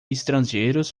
estrangeiros